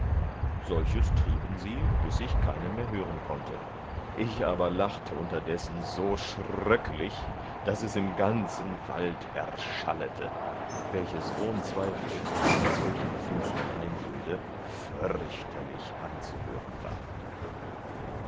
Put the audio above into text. solches trieben sie bis ich keinen mehr hören konnte ich aber lachte unterdessen so schröcklich daß es im ganzen wald erschallete welches ohn zweifel in einer solchen finstern einöde förchterlich anzuhören war